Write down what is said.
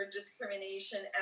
discrimination